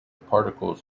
particles